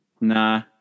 Nah